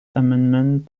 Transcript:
amendment